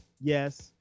yes